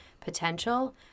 potential